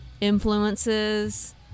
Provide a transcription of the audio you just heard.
influences